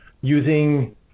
using